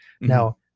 Now